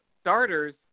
starters